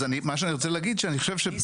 מה שאני רוצה להגיד זה שפה,